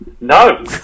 No